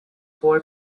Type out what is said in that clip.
boy